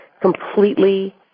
completely